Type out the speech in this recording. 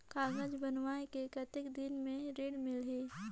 कागज बनवाय के कतेक दिन मे ऋण मिलही?